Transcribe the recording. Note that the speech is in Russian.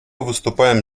выступаем